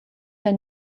der